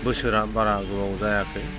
बोसोरा बारा गोबाव जायाखै